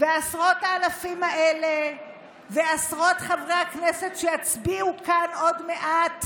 עשרות האלפים האלה ועשרות חברי הכנסת שיצביעו כאן עוד מעט